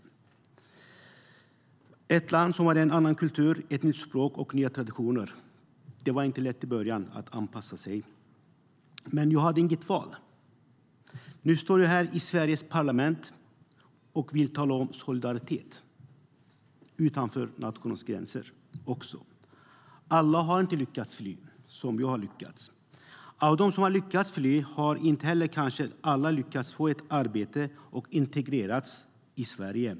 Det var ett land med en annan kultur, ett nytt språk och nya traditioner. Det var inte lätt att anpassa sig i början, men jag hade inget val. Nu står jag här i Sveriges parlament och vill tala om solidaritet även utanför nationens gränser. Alla har inte lyckats fly som jag. Av dem som har lyckats fly har kanske inte alla lyckats få ett arbete och integreras i Sverige.